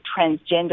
transgender